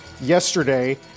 yesterday